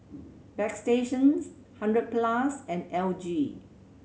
bagstationz Hundred Plus and L G